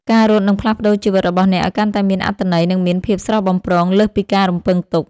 ការរត់នឹងផ្លាស់ប្តូរជីវិតរបស់អ្នកឱ្យកាន់តែមានអត្ថន័យ និងមានភាពស្រស់បំព្រងលើសពីការរំពឹងទុក។